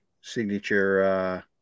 signature